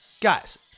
guys